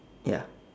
ya